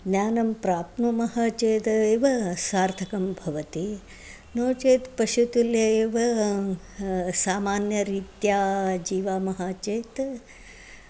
ज्ञानं प्राप्नुमः चेद् एव सार्थकं भवति नो चेत् पशुतुल्य एव सामान्यरीत्या जीवामः चेत्